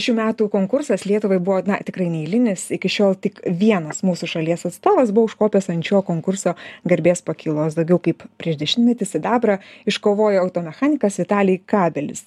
šių metų konkursas lietuvai buvo tikrai neeilinis iki šiol tik vienas mūsų šalies atstovas buvo užkopęs ant šio konkurso garbės pakylos daugiau kaip prieš dešimtmetį sidabrą iškovojo automechanikas vitalij kabelis